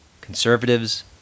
Conservatives